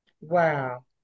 Wow